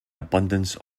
abundance